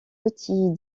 outils